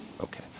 Okay